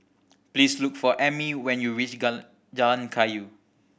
please look for Ammie when you reach Jalan Kayu